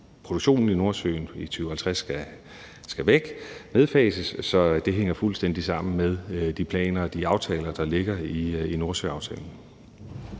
produktionen i Nordsøen skal udfases og være væk i 2050, så det hænger fuldstændig sammen med de planer og de aftaler, der ligger i Nordsøaftalen.